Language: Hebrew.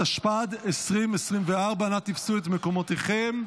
התשפ"ד 2024. נא תפסו את מקומותיכם.